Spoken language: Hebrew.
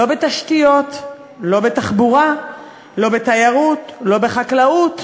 לא בתשתיות, לא בתחבורה, לא בתיירות, לא בחקלאות,